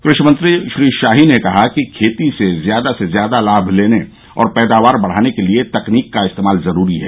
कृषि मंत्री श्री शाही ने कहा कि खेती से ज्यादा से ज्यादा लाभ लेने और पैदावार बढ़ाने के लिये तकनीकी का इस्तेमाल ज़रूरी है